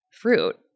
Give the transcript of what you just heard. fruit